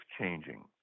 changing